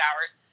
hours